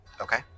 Okay